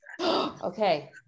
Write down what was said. Okay